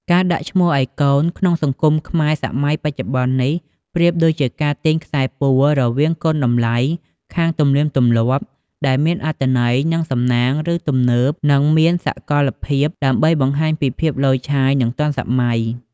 ការដាក់ឈ្មោះឱ្យកូនក្នុងសង្គមខ្មែរសម័យបច្ចុបន្ននេះ ប្រៀបដូចជាការទាញខ្សែពួររវាង គុណតម្លៃខាងទំនៀមទម្លាប់ ដែលមានអត្ថន័យ និងសំណាង ឬ ទំនើប និងមានសកលភាព ដើម្បីបង្ហាញពីភាពឡូយឆាយ និងទាន់សម័យ។